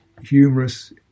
humorous